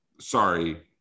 Sorry